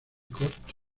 corto